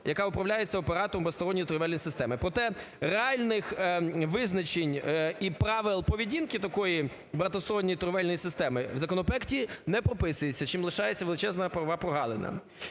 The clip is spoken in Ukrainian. яка управляється оператором багатосторонньої торгівельної системи. Проте, реальних визначень і правил поведінки такої багатосторонньої торгівельної системи у законопроекті не прописується, чим лишається величезна правова прогалина.